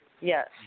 Yes